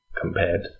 compared